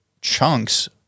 chunks